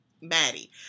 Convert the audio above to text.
maddie